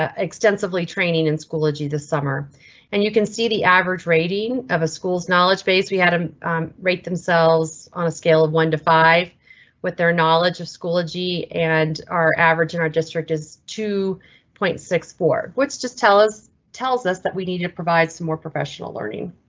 ah extensively training in schoology this summer and you can see the average rating of a schools knowledge base. we had um rate themselves on a scale of one to five with their knowledge of schoology and our average in our district is. two point six four which just tell us tells us that we need to provide some more professional learning.